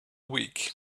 week